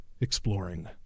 exploring